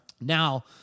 Now